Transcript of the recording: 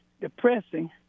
depressing